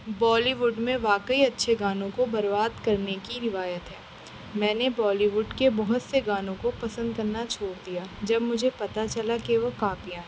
بالی would میں واقعی اچھے گانوں کو برباد کرنے کی روایت ہے میں نے بالی ووڈ کے بہت سے گانوں کو پسند کرنا چھوڑ دیا جب مجھے پتہ چلا کہ وہ کاپیاں ہے